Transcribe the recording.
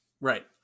right